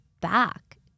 back